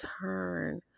turn